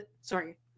sorry